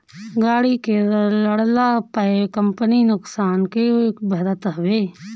गाड़ी के लड़ला पअ कंपनी नुकसान के भरत हवे